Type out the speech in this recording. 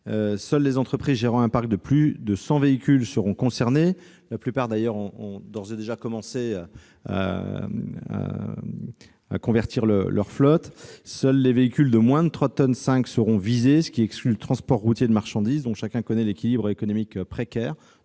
seules les entreprises gérant un parc de plus de cent véhicules seront concernées, la plupart ayant d'ailleurs d'ores et déjà commencé à convertir leur flotte. Seuls les véhicules de moins de 3,5 tonnes seront visés, ce qui exclut le transport routier de marchandises, dont chacun connaît l'équilibre économique précaire.